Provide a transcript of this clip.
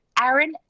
Aaron